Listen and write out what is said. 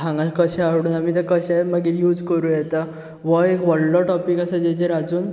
हांगा कशें हाडून मागीर तें आमी तें कशें मागीर यूझ करूं येता व्हो एक व्होडलो टाॅपीक आसा जेचेर आजून